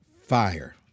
fire